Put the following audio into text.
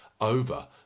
over